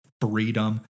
freedom